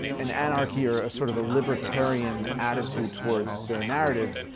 an anarchy, or sort of a libertarian attitude towards their narrative.